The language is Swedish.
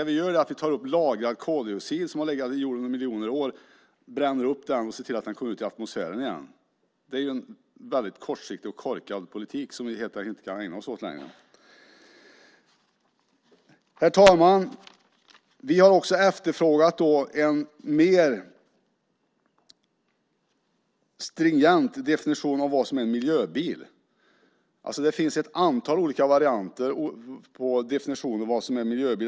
Vi tar upp lagrad koldioxid som har legat i jorden i miljoner år, bränner upp den och ser till att den kommer ut i atmosfären igen. Det är en väldigt kortsiktig och korkad politik som vi helt enkelt inte kan ägna oss åt längre. Herr talman! Vi har också efterfrågat en mer stringent definition av vad som är en miljöbil. Det finns ett antal olika varianter på definitioner av vad som är en miljöbil.